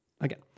again